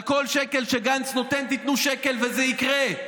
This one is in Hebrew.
על כל שקל שגנץ נותן, תיתנו שקל, וזה יקרה.